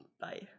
bye